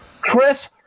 Chris